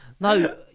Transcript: no